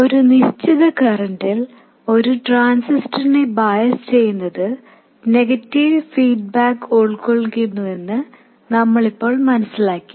ഒരു നിശ്ചിത കറന്റിൽ ഒരു ട്രാൻസിസ്റ്ററിനെ ബയസ് ചെയ്യുന്നത് നെഗറ്റീവ് ഫീഡ്ബാക്ക് ഉൾക്കൊള്ളുന്നുവെന്ന് നമ്മളിപ്പോൾ മനസ്സിലാക്കി